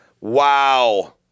Wow